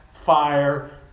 fire